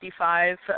55